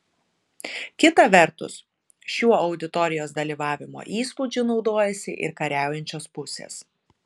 kita vertus šiuo auditorijos dalyvavimo įspūdžiu naudojasi ir kariaujančios pusės